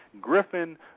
Griffin